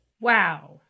Wow